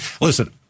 listen